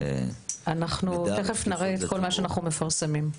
אנחנו תיכף נראה את כל מה שאנחנו מפרסמים.